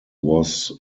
was